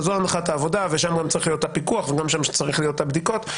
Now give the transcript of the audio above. זו הנחת העבודה ושם צריך להיות הפיקוח ושם צריכות להיות הבדיקות.